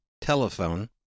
telephone